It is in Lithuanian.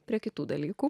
prie kitų dalykų